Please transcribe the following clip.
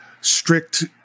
Strict